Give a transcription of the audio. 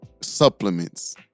supplements